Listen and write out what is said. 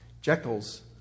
Jekyll's